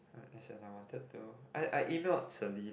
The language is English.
as in I wanted to I I emailed Celine